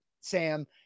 Sam